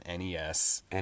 NES